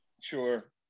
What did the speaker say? Sure